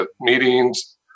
meetings